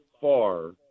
far